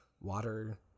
water